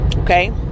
Okay